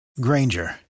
Granger